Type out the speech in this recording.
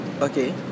okay